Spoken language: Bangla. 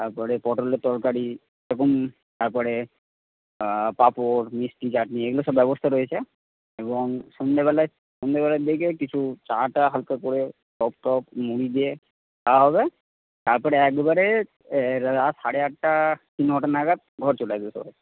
তারপরে পটলের তরকারি এবং তারপরে পাঁপড় মিষ্টি চাটনি এগুলো সব ব্যবস্থা রয়েছে এবং সন্ধেবেলায় সন্ধেবেলার দিকে কিছু চাটা হালকা করে চপ টপ মুড়ি দিয়ে খাওয়া হবে তারপরে একবারে রাত সাড়ে আটটা নটা নাগাদ ঘর চলে আসবে সবাই